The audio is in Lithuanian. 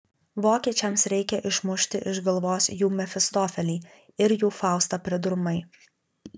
vokiečiams reikia išmušti iš galvos jų mefistofelį ir jų faustą pridurmai